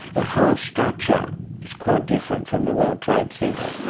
the whole structure is quite different from the world trade center.